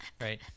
right